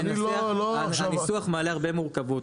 הניסוח מעלה הרבה מורכבות.